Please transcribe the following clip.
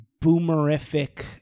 boomerific